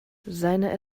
seine